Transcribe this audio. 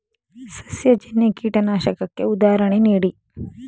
ಸಸ್ಯಜನ್ಯ ಕೀಟನಾಶಕಕ್ಕೆ ಉದಾಹರಣೆ ನೀಡಿ?